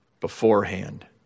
beforehand